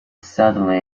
suddenly